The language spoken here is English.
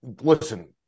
listen